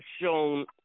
shown